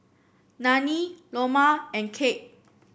Nanie Loma and Cap